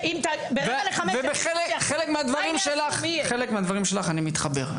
ולחלק מהדברים שלך אני מתחבר.